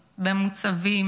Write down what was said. במוצבים,